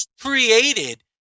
created